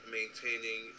maintaining